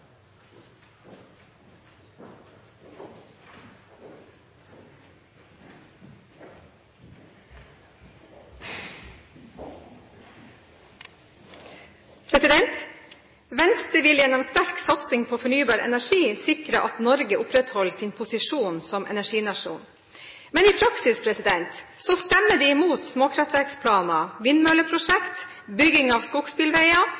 her. Venstre vil gjennom sterk satsing på fornybar energi sikre at Norge opprettholder sin posisjon som energinasjon. Men i praksis stemmer de imot småkraftverkplaner, vindmølleprosjekter, bygging av